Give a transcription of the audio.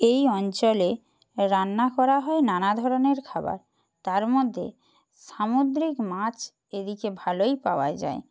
এই অঞ্চলে রান্না করা হয় নানা ধরনের খাবার তার মধ্যে সামুদ্রিক মাছ এদিকে ভালোই পাওয়া যায়